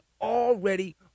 already